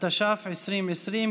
התש"ף 2020,